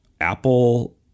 Apple